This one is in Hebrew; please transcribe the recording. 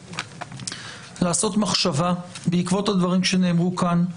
לעשות מחשבה בעקבות הדברים שנאמרו כאן,